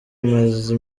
amaze